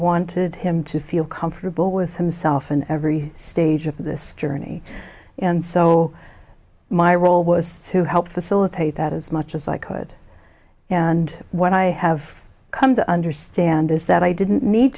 wanted him to feel comfortable with himself and every stage of this journey and so my role was to help facilitate that as much as i could and what i have come to understand is that i didn't need